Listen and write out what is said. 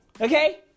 Okay